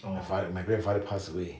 my father my grandfather passed away